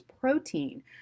protein